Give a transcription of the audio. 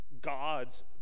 God's